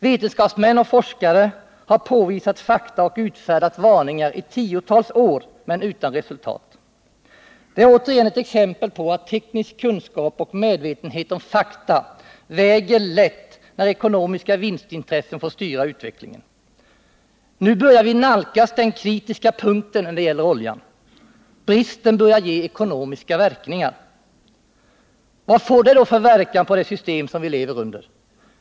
Vetenskapsmän och forskare har påvisat fakta och utfärdat varningar i tiotals år, men utan resultat. Det är återigen ett exempel på att teknisk kunskap och medvetenhet om fakta väger lätt när ekonomiska vinstintressen får styra utvecklingen. Nu börjar vi nalkas den kritiska punkten när det gäller oljan. Bristen börjar ge ekonomiska verkningar. Vad får det för verkan på det system som vi lever under?